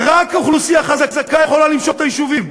רק אוכלוסייה חזקה יכולה למשוך את היישובים.